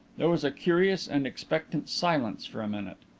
there was a curious and expectant silence for a minute.